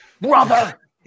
Brother